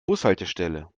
bushaltestelle